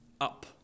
up